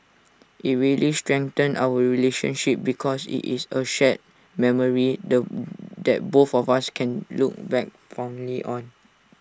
IT really strengthened our relationship because IT is A shared memory the that both of us can look back fondly on